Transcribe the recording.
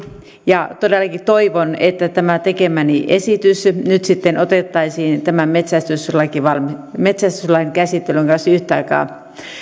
ja todellakin toivon että tämä tekemäni esitys nyt sitten otettaisiin tämän metsästyslain käsittelyn kanssa yhtä aikaa